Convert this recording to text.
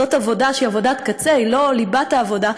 זאת עבודה שהיא עבודת קצה, היא לא ליבת העבודה.